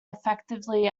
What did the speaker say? effectively